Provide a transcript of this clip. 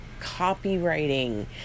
copywriting